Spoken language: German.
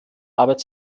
arbeit